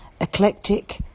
Eclectic